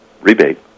rebate